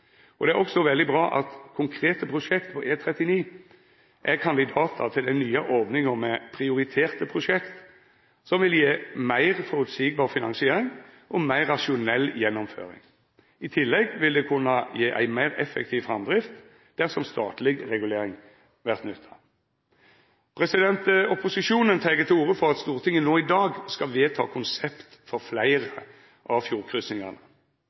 vedtekne. Det er også veldig bra at konkrete prosjekt på E39 er kandidatar til den nye ordninga for prioriterte prosjekt, som vil gje meir føreseieleg finansiering og meir rasjonell gjennomføring. I tillegg vil det kunna gje ei meir effektiv framdrift, dersom statleg regulering vert nytta. Opposisjonen tek til orde for at Stortinget nå i dag skal vedta konsept for fleire av fjordkryssingane.